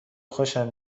خوشم